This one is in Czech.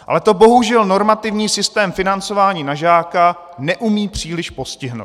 Ale to bohužel normativní systém financování na žáka neumí příliš postihnout.